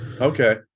Okay